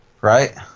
Right